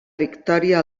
victòria